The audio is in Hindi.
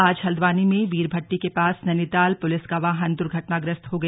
आज हल्द्वानी में वीर भट्टी के पास नैनीताल पुलिस का वाहन दुर्घटनाग्रस्त हो गया